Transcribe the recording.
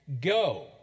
Go